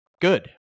good